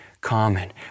common